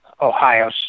Ohio